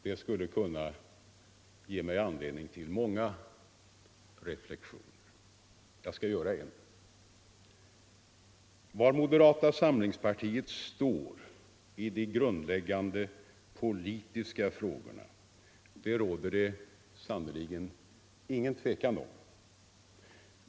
Det skulle kunna ge mig anledning till många reflektioner. Jag skall göra en. Var moderata samlingspartiet står i de grundläggande politiska frågorna råder det sannerligen inget tvivel om.